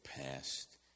past